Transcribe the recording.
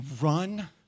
run